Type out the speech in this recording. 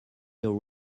your